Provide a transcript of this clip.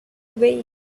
way